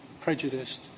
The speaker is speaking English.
prejudiced